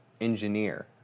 engineer